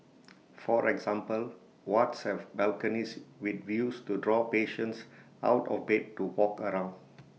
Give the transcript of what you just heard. for example wards have balconies with views to draw patients out of bed to walk around